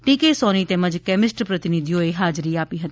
T K Soni તેમજ chemist પ્રતિનિધિઓએ હાજરી આપી હતી